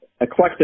eclectic